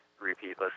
repeat